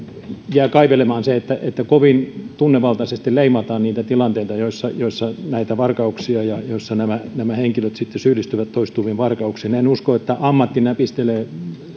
jää kaivelemaan se että että kovin tunnevaltaisesti leimataan niitä tilanteita joissa joissa on näitä varkauksia ja joissa nämä nämä henkilöt sitten syyllistyvät toistuviin varkauksiin en usko että ammattinäpistelijä